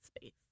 space